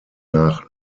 nach